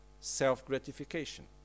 self-gratification